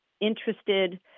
interested